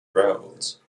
roads